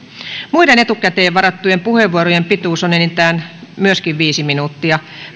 muiden etukäteen varattujen puheenvuorojen pituus on enintään viisi minuuttia